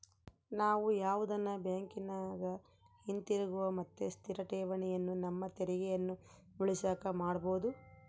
ನಾವು ಯಾವುದನ ಬ್ಯಾಂಕಿನಗ ಹಿತಿರುಗುವ ಮತ್ತೆ ಸ್ಥಿರ ಠೇವಣಿಯನ್ನ ನಮ್ಮ ತೆರಿಗೆಯನ್ನ ಉಳಿಸಕ ಮಾಡಬೊದು